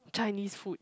Chinese food